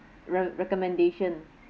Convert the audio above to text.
re~ recommendation